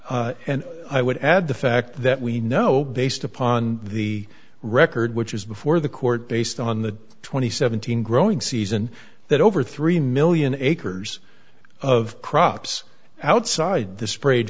and i would add the fact that we know based upon the record which is before the court based on the twenty seven thousand growing season that over three million acres of crops outside the sprayed